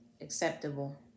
acceptable